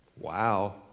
Wow